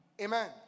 Amen